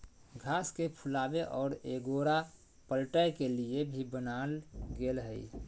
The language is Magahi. घास के फुलावे और एगोरा पलटय के लिए भी बनाल गेल हइ